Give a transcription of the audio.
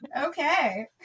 Okay